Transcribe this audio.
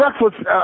breakfast